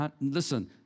Listen